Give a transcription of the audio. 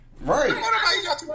Right